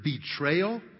betrayal